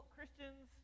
Christians